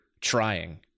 trying